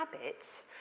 habits